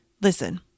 Listen